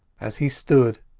as he stood,